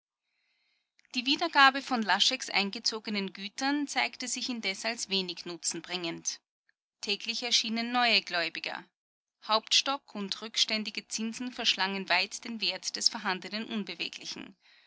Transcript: die wiedergabe von lascheks eingezogenen gütern zeigte sich indes als wenig nutzen bringend täglich erschienen neue gläubiger hauptstock und rückständige zinsen verschlangen weit den wert des vorhandenen unbeweglichen